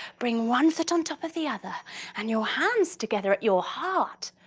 bring one foot on top of the other and your hands together at your heart.